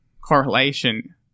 correlation